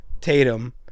Tatum